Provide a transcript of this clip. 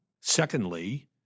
Secondly